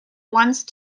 once